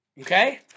Okay